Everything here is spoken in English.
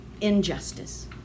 injustice